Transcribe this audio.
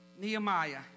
Nehemiah